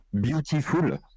beautiful